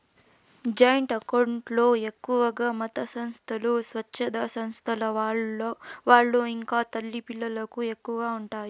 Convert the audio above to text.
joint account లో ఎక్కువగా మతసంస్థలు, స్వచ్ఛంద సంస్థల వాళ్ళు ఇంకా తల్లి పిల్లలకు ఎక్కువగా ఉంటాయి